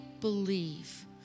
believe